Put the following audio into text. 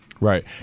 Right